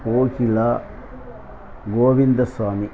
Kokila Govindasamy